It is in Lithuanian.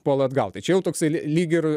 puola atgal tai čia jau toksai lyg ir